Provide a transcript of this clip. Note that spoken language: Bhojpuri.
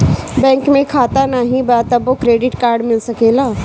बैंक में खाता नाही बा तबो क्रेडिट कार्ड मिल सकेला?